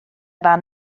fan